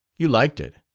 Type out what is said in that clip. you liked it.